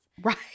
Right